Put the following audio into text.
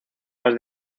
bolas